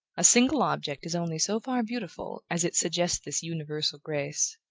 a single object is only so far beautiful as it suggests this universal grace.